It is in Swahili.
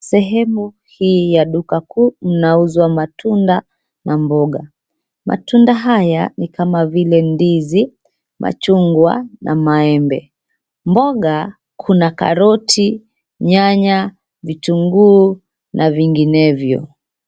Sehemu hii ya duka kuu linauzwa matunda na mboga. Matunda haya ni kama vile ndizi, machungwa na maembe. Mboga kuna karoti, nyanya, vitunguu na vinginevyo.